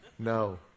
No